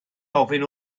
ofyn